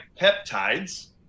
peptides